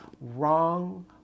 Wrong